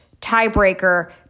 tiebreaker